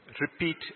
Repeat